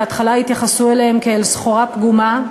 בהתחלה התייחסו אליהם כאל סחורה פגומה,